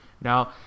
Now